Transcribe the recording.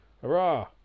Hurrah